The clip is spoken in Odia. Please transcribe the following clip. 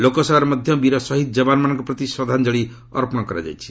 ଲୋକସଭାରେ ମଧ୍ୟ ବୀର ଶହୀଦ୍ ଯବାନମାନଙ୍କ ପ୍ରତି ଶ୍ରଦ୍ଧାଞ୍ଜଳୀ ଅର୍ପଣ କରାଯାଇଛି